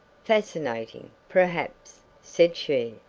fascinating, perhaps! said she.